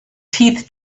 teeth